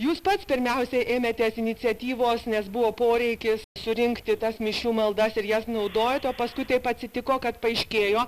jūs pats pirmiausiai ėmėtės iniciatyvos nes buvo poreikis surinkti tas mišių maldas ir jas naudojot o paskui taip atsitiko kad paaiškėjo